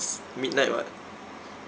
it's midnight [what]